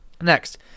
Next